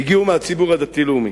הגיעו מהציבור הדתי-לאומי.